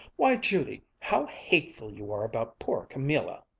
why, judy, how hateful you are about poor camilla!